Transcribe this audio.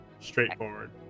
straightforward